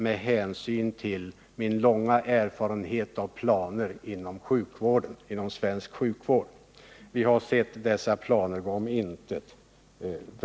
Jag har lång erfarenhet av planer inom svensk sjukvård och har väldigt ofta sett dessa planer gå om intet.